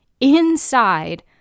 inside